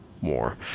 more